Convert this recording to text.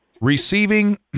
Receiving